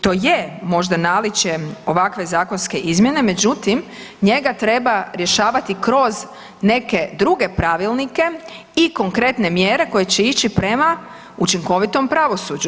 To je možda naličje ovakve zakonske izmjene, međutim njega treba rješavati kroz neke druge pravilnike i konkretne mjere koje će ići prema učinkovitom pravosuđu.